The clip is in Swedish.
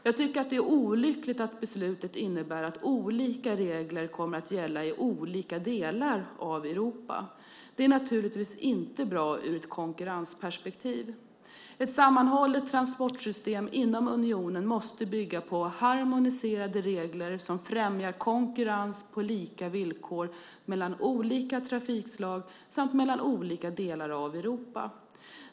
Jag tycker att det är olyckligt att beslutet innebär att olika regler kommer att gälla i olika delar av Europa. Det är naturligtvis inte bra ur ett konkurrensperspektiv. Ett sammanhållet transportsystem inom unionen måste bygga på harmoniserade regler som främjar konkurrens på lika villkor mellan olika trafikslag samt mellan olika delar av Europa.